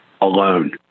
alone